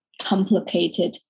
complicated